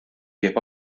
give